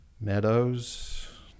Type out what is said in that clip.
meadows